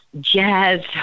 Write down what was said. Jazz